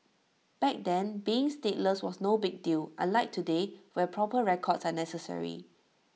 back then being stateless was no big deal unlike today where proper records are necessary